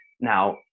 Now